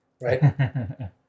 right